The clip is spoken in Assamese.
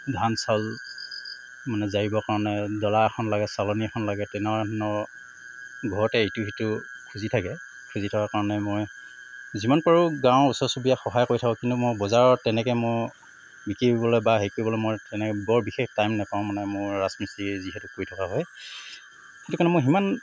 ধান চাউল মানে জাৰিবৰ কাৰণে ডলা এখন লাগে চালনী এখন লাগে তেনেকুৱা ধৰণৰ ঘৰতে ইটো সিটো খুজি থাকে খুজি থকাৰ কাৰণে মই যিমান পাৰোঁ গাঁৱৰ ওচৰ চুবুৰীয়াক সহায় কৰি থাকোঁ কিন্তু মই বজাৰত তেনেকৈ মই বিকিবলৈ বা হেৰি কৰিবলৈ মই তেনেকৈ বৰ বিশেষ টাইম নাপাওঁ মানে মোৰ ৰাজমিস্ত্ৰী যিহেতু কৰি থকা হয় সেইটো কাৰণে মই সিমান